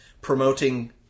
promoting